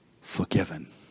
forgiven